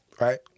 right